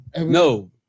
no